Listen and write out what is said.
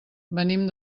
venim